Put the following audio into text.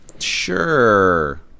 Sure